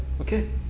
Okay